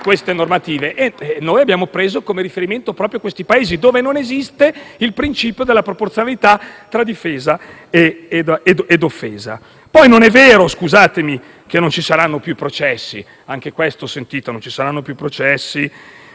Ebbene, abbiamo preso come riferimento proprio questi Paesi, dove non esiste il principio della proporzionalità tra difesa e offesa. Non è vero, poi, che non ci saranno più processi. Anche questo sentito: «non ci saranno più processi»,